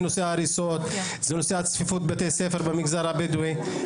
ההריסות, הצפיפות בכיתות בבתי הספר במגזר הבדואי.